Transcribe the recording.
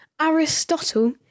Aristotle